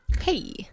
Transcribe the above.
Hey